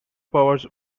powers